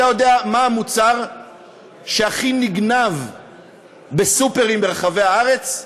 האם אתה יודע מה המוצר שהכי נגנב בסופרים ברחבי הארץ?